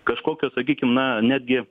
kažkokio sakykim na netgi